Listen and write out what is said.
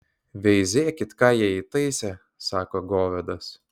veizėkit ką jie įtaisė sako govedas